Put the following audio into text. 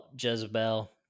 Jezebel